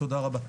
תודה רבה.